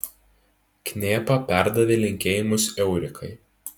knėpa perdavė linkėjimus eurikai